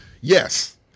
yes